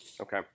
Okay